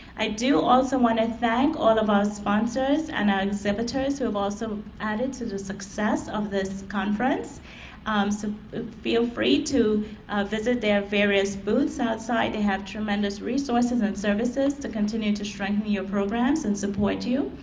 i do also want to thank all of our sponsors and our exhibitors who have also added to the success of this conference so feel free to visit their various booths outside, they have tremendous resources and services to continue to strengthen your programs and support you.